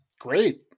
great